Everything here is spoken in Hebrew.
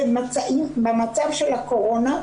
במצב של הקורונה,